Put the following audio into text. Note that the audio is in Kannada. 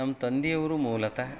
ನಮ್ಮ ತಂದೆಯವ್ರು ಮೂಲತಃ